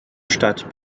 stadt